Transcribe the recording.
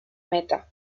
meta